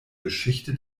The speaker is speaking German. geschichte